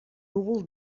núvol